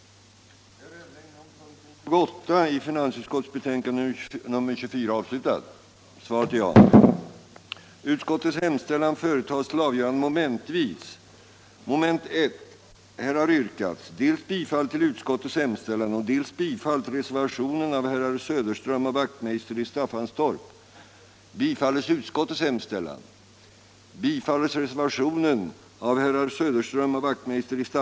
att som sin mening uttala vad som anförts i motionen beträffande inriktningen av det fortsatta kommunalekonomiska reformarbetet, Kommunernas ekonomi Kommunernas ekonomi